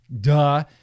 duh